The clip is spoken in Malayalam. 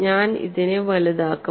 ഞാൻ അതിനെ വലുതാക്കും